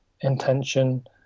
intention